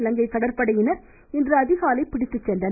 இலங்கை கடற்படையினர் இன்று அதிகாலை பிடித்துச் சென்றனர்